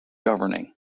governing